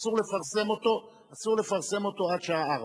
אסור לפרסם אותו עד השעה 16:00,